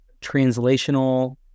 translational